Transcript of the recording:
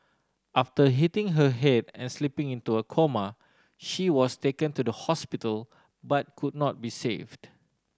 after hitting her head and slipping into a coma she was taken to the hospital but could not be saved